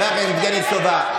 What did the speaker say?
יבגני סובה,